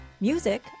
Music